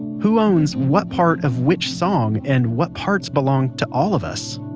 who owns what part of which song, and what parts belong to all of us,